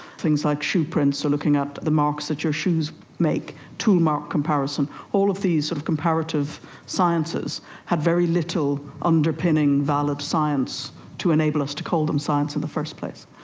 things like shoe prints or looking at the marks that your shoes make, tool-mark comparison, all of these comparative sciences had very little underpinning valid science to enable us to call them science in the first place.